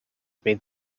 made